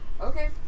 Okay